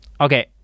Okay